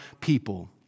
people